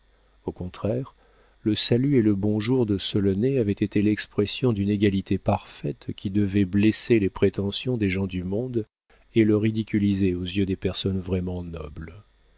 au contraire le salut et le bonjour de solonet avaient été l'expression d'une égalité parfaite qui devait blesser les prétentions des gens du monde et le ridiculiser aux yeux des personnes vraiment nobles